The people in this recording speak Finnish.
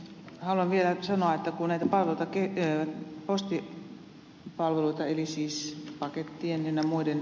haluan vielä sanoa että kun näitä postipalveluita eli siis pakettien ynnä muuta